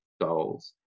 goals